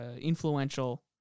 influential